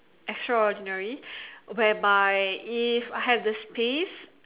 extraordinary where by if I have the space